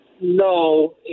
No